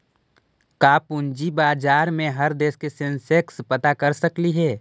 का पूंजी बाजार में हर देश के सेंसेक्स पता कर सकली हे?